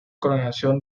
colonización